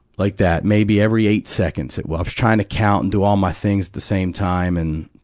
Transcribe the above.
like that, maybe every eight seconds. it was i was trying to count and do all my things at the same time. and,